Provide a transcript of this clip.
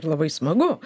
labai smagu